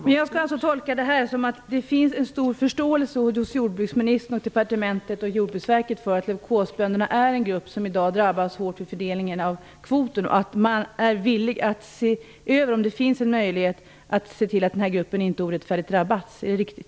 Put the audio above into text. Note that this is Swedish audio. Fru talman! Jag tolkar detta som att det finns en stor förståelse hos jordbruksministern, Jordbruksdepartementet och Jordbruksverket för att bönder vilkas djur drabbats av leukos är en grupp som i dag drabbas hårt vid fördelningen av kvoten och att man är villig att se över om det finns en möjlighet att se till att denna grupp inte orättfärdigt drabbas. Är det riktigt?